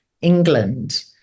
England